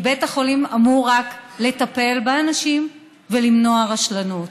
בית החולים אמור רק לטפל באנשים ולמנוע רשלנות,